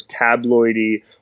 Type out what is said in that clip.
tabloidy